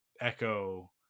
Echo